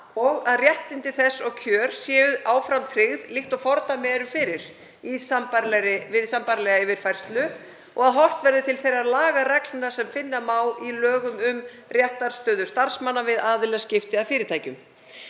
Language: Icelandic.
og að réttindi þess og kjör séu áfram tryggð, líkt og fordæmi eru fyrir við sambærilega yfirfærslu, og að horft verði til þeirra lagareglna sem finna má í lögum um réttarstöðu starfsmanna við aðilaskipti að fyrirtækjum.